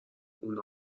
اونا